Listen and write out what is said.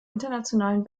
internationalen